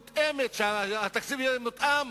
שהתקציב יהיה מותאם